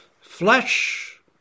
flesh